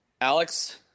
Alex